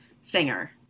singer